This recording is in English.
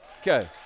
Okay